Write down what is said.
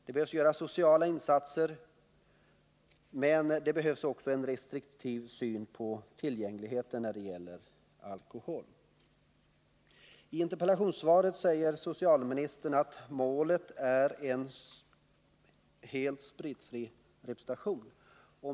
Sociala insatser behöver göras, men det behövs också en restriktiv syn på tillgängligheten av alkohol. 81 I interpellationssvaret säger socialministern att målet är en helt alkoholfri representation.